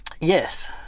Yes